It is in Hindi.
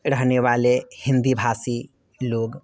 रहने वाले हिंदी भाषी लोग